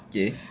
okay